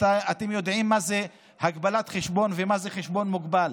אתם יודעים מה זו הגבלת חשבון ומה זה חשבון מוגבל,